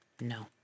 No